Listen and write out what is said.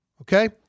Okay